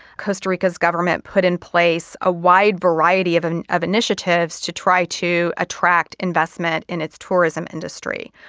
costa rica's government put in place a wide variety of and of initiatives to try to attract investment in its tourism industry.